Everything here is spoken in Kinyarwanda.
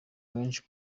menshi